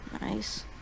Nice